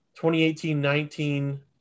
2018-19